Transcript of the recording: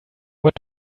what